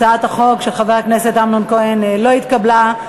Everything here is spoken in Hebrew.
הצעת החוק של חבר הכנסת אמנון כהן לא התקבלה.